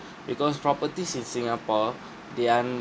because properties in singapore they are